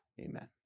amen